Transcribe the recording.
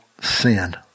sin